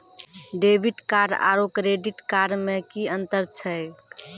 Debit card आरू credit card मे कि अन्तर छैक?